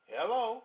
Hello